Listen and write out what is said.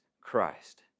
Christ